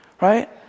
Right